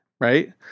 right